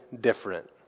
different